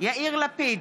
יאיר לפיד,